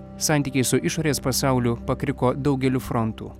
santykiai su išorės pasauliu pakriko daugeliu frontų